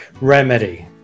remedy